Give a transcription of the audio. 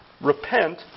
Repent